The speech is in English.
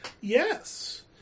Yes